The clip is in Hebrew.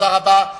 תודה רבה.